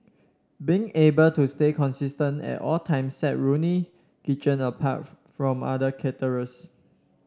being able to stay consistent at all times set Ronnie Kitchen apart from other caterers